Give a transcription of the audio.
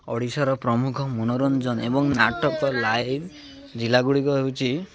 ଓଡ଼ିଶାର ପ୍ରମୁଖ ମନୋରଞ୍ଜନ ଏବଂ ନାଟକ ଲାଇଭ୍ ଜିଲ୍ଲା ଗୁଡ଼ିକ ହେଉଛି